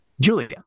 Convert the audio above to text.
Julia